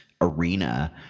arena